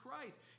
Christ